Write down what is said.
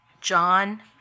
John